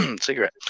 cigarette